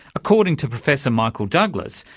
according to professor michael douglas,